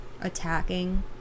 attacking